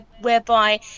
whereby